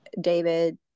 David